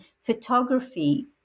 photography